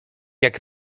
jak